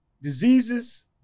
Diseases